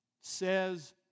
says